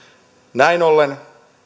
näin ollen